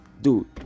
dude